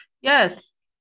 Yes